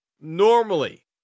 normally